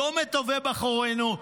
לא מטובי בחורינו,